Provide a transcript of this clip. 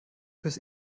fürs